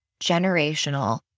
generational